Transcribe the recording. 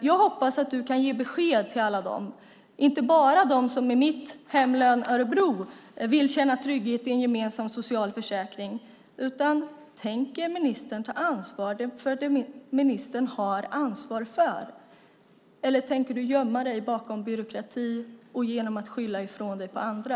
Jag hoppas att du kan ge besked till alla dem, inte bara dem som i mitt hemlän, Örebro, vill känna trygghet i en gemensam socialförsäkring. Tänker du, ministern, ta ansvar för det ministern har ansvar för, eller tänker du gömma dig bakom byråkrati och genom att skylla ifrån dig på andra?